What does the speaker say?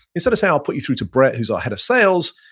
instead of saying, i'll put you through to brett who's our head of sales,